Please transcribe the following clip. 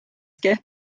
kehv